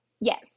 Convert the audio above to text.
Yes